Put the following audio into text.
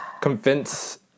Convince